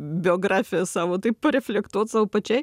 biografiją savo taip reflektuot sau pačiai